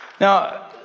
Now